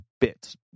bits